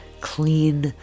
clean